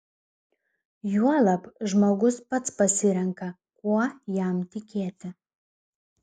juolab žmogus pats pasirenka kuo jam tikėti